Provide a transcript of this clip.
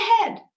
ahead